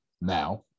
now